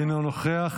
אינו נוכח.